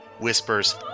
whispers